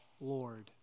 Lord